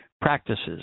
practices